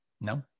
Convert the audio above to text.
No